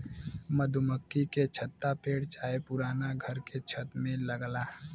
मधुमक्खी के छत्ता पेड़ चाहे पुराना घर के छत में लगला